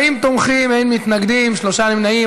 40 תומכים, אין מתנגדים, שלושה נמנעים.